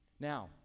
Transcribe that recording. Now